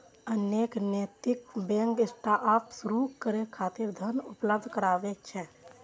अनेक नैतिक bank startup शुरू करै खातिर धन उपलब्ध कराबै छै